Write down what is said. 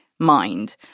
mind